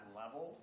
level